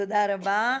תודה רבה.